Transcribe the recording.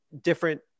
different